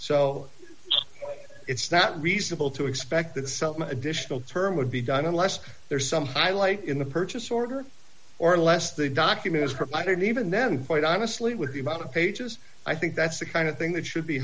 so it's not reasonable to expect that additional term would be done unless there's some highlight in the purchase order or unless the document is provided even then quite honestly with the amount of pages i think that's the kind of thing that should be